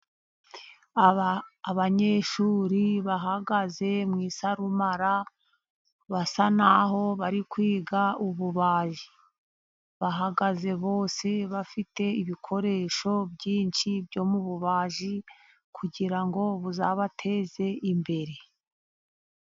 Abanyeshuri bahagaze mu isarumara basa n'aho bari kwiga ububaji. Bahagaze bose bafite ibikoresho byinshi byo mu bubaji kugira ngo buzabateze imbere.